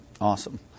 Awesome